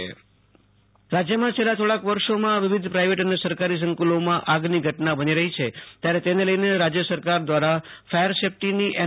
આશુ તોષ અંતાણી રાજ્યઃ fire safety રાજ્યમાં છેલ્લા થોડાક વર્ષોમાં વિવિધ પ્રાઈવેટ અને સરકારી સંકુલોમાં આગની ઘટના બની રહી છે ત્યારે તેને લઈને રાજ્ય સરકાર દ્વારા ફાયર સેફ્ટીની એન